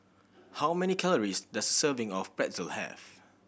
how many calories does serving of Pretzel have